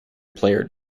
player